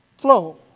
Flow